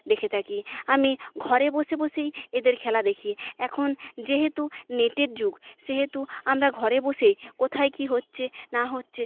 দেখে থাকি আমি ঘরে বসে বসেই এদের খেলা দেখি এখন যেহেতু নেটের যুগ সেহেতু আমরা ঘরে বসে কোথায় কী হচ্ছে না হচ্ছে